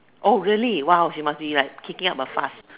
oh really !wow! he must be like kicking up a fuss